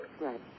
Right